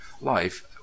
life